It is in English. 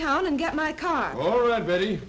town and get my car already